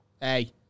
Hey